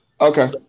Okay